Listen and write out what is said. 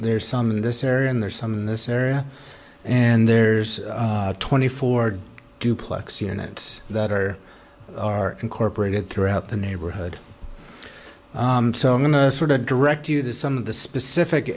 there's some in this area and there's some this area and there's twenty four duplex units that are incorporated throughout the neighborhood so i'm going to sort of direct you to some of the specific